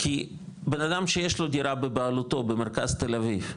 כי בן אדם שיש לו דירה בבעלותו במרכז תל אביב,